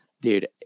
dude